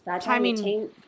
Timing